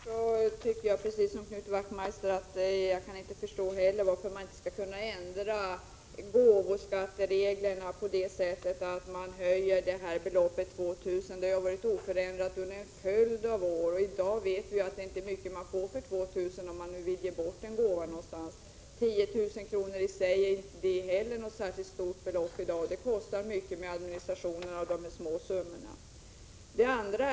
Herr talman! Precis som Knut Wachtmeister kan jag inte förstå varför man inte skall kunna ändra gåvoskattereglerna på det sättet att man höjer det skattefria beloppet. Det har varit 2 000 kr. under en följd av år, och vi vet att man i dag inte får mycket för 2 000 kr. Inte heller 10 000 kr. är något särskilt stort belopp. Det kostar mycket i administration av de här små summorna.